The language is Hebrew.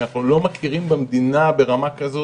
כי אנחנו לא מכירים במדינה ברמה כזאת